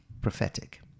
prophetic